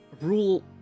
Rule